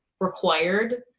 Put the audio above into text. required